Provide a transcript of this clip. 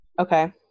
Okay